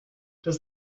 does